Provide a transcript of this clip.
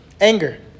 Anger